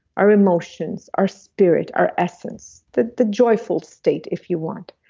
our emotions, our spirit, our essence, the the joyful state if you want.